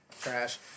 trash